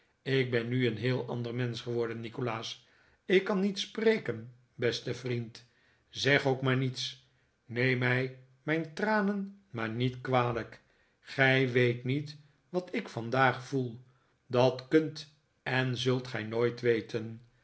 ik ben nu een heel ander mensch geworden nikolaas ik kan niet spreken beste vriend zeg ook maar niets neem mij mijn tranen maar niet kwalijk gij weet niet wat ik vandaag voel dat kunt en zult gij nooit weten